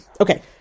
Okay